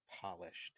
polished